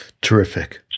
Terrific